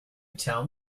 tell